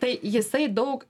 tai jisai daug